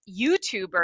YouTuber